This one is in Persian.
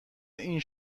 این